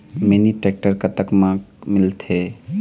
Mini tractor कतक म मिलथे?